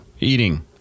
Eating